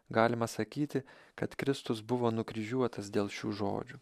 galima sakyti kad kristus buvo nukryžiuotas dėl šių žodžių